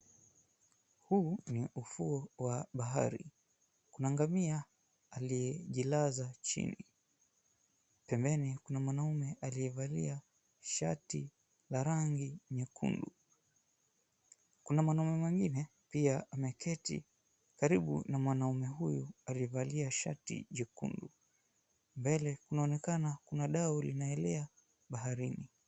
Huu ni ufuo wa bahari. Kuna ngamia aliyejilaza chini. Pembeni kuna mwanaume aliyevalia shati la rangi nyekundu. Kuna mwanaume mwengine pia ameketi karibu na mwanaume huyo aliyevalia shati jekundu. Mbele kunaonekana kuna dau linaelea baharini.